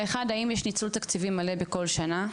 האחת, האם יש ניצול תקציבי מלא בכל שנה?